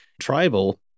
tribal